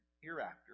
hereafter